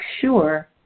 sure